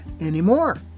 anymore